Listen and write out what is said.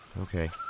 Okay